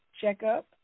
checkup